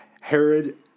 Herod